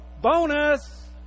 bonus